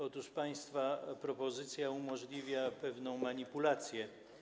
Otóż państwa propozycja umożliwia pewną manipulację.